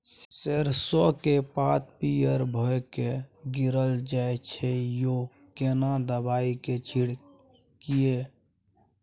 सरसो के पात पीयर भ के गीरल जाय छै यो केना दवाई के छिड़कीयई?